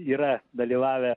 yra dalyvavę